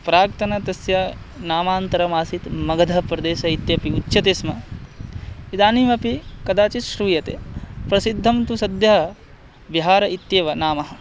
प्राक्तनं तस्य नामान्तरमासीत् मगधप्रदेशः इत्यपि उच्यते स्म इदानीमपि कदाचित् श्रूयते प्रसिद्धं तु सद्यः बिहार इत्येव नामः